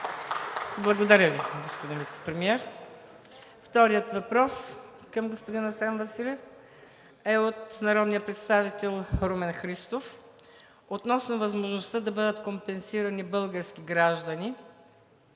Благодаря Ви, господин Вицепремиер. Вторият въпрос към господин Асен Василев е от народния представител Румен Христов относно възможността да бъдат компенсирани български граждани,